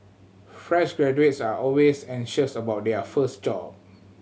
fresh graduates are always anxious about their first job